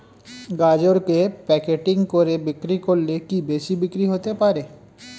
গাজরকে প্যাকেটিং করে বিক্রি করলে কি বেশি বিক্রি হতে পারে?